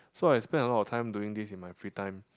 so I spend a lot of time doing this in my free time